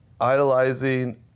idolizing